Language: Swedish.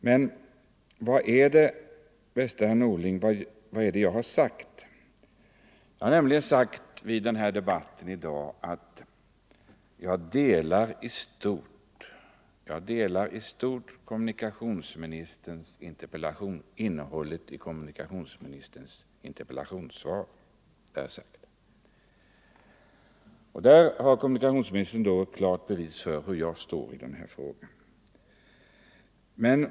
Men vad jag har sagt i den här debatten, bäste herr Norling, är att jag i stort delar de uppfattningar som kommit fram i kommunikationsministerns interpellationssvar. Där har kommunikationsministern ett klart bevis för var jag står i den här frågan.